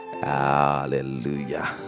Hallelujah